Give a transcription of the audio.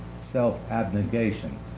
self-abnegation